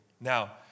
Now